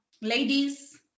Ladies